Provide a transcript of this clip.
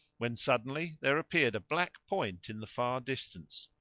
when suddenly there appeared a black point in the far distance.